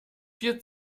viel